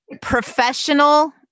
professional